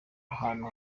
ahantu